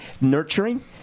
Nurturing